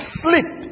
sleep